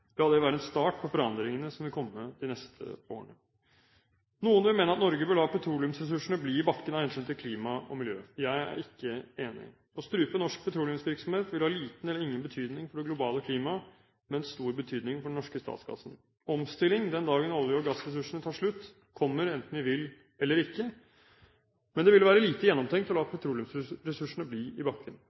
La det være en start på forandringene som vil komme de neste årene. Noen vil mene at Norge bør la petroleumsressursene bli i bakken av hensyn til klima og miljø. Jeg er ikke enig. Å strupe norsk petroleumsvirksomhet vil ha liten eller ingen betydning for det globale klimaet, men stor betydning for den norske statskassen. Omstilling den dagen olje- og gassressursene tar slutt, kommer enten vi vil eller ikke, men det vil være lite gjennomtenkt å la petroleumsressursene bli i bakken.